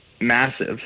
massive